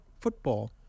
football